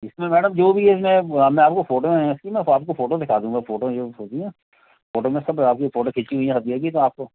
इसमें मैडम जो भी इसमें वह अब मैं अपको फ़ोटोएँ हैं इसकी मैं आपको फ़ोटो दिखा दूँगा फ़ोटो जो खींची हैं फ़ोटो में सब की फ़ोटो खींची हुई हैं अभी अभी तो आपको